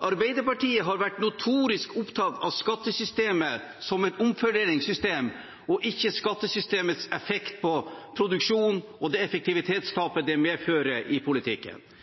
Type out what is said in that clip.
Arbeiderpartiet har vært notorisk opptatt av skattesystemet som et omfordelingssystem, og ikke skattesystemets effekt på produksjon og det